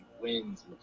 wins